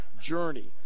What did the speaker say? Journey